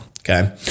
Okay